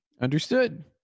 Understood